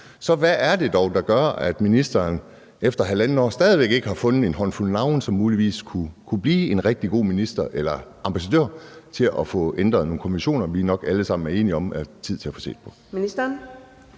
– er meget handlekraftig, efter halvandet år stadig væk ikke har fundet en håndfuld navne på nogle, som muligvis kunne blive en rigtig god ambassadør til at få ændret nogle konventioner, vi nok alle sammen er enige om det er tid til at få set på.